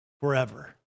forever